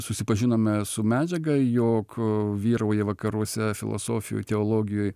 susipažinome su medžiaga jog vyrauja vakaruose filosofijoj teologijoj